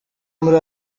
muri